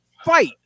fight